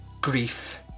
grief